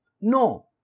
No